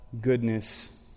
goodness